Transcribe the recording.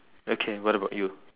okay what about you